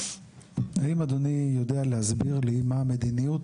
ואם אדוני יודע להסביר לי מה המדיניות